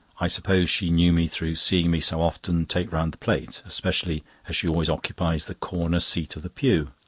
i suppose she knew me through seeing me so often take round the plate, especially as she always occupies the corner seat of the pew.